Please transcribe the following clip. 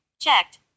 Checked